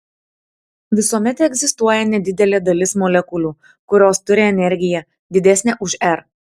visuomet egzistuoja nedidelė dalis molekulių kurios turi energiją didesnę už r